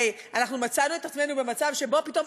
הרי אנחנו מצאנו את עצמנו במצב שבו פתאום